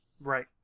right